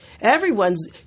Everyone's